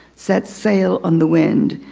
set sail on the wind,